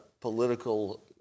political